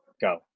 Go